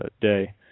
day